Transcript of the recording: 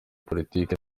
politiki